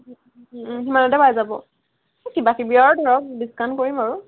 সিমানতে পাই যাব কিবাকিবি আৰু ধৰক ডিস্কাউণ্ট কৰিম আৰু